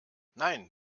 nein